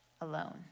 alone